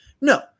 No